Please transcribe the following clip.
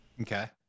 Okay